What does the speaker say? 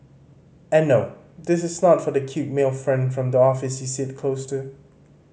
and no this is not for that cute male friend from the office you sits close to